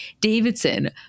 davidson